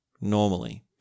normally